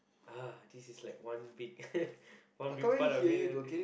uh this is like one big one big part of me that